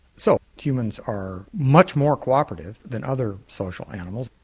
so humans are much more cooperative than other social animals.